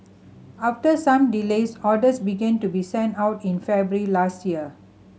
after some delays orders began to be sent out in February last year